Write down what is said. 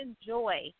enjoy –